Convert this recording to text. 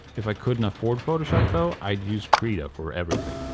if i couldn't afford photoshop though i'd use krita for everything.